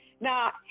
Now